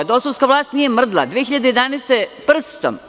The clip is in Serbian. Dosovska vlast nije mrdnula prstom.